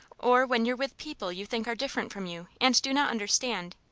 or when you're with people you think are different from you and do not understand,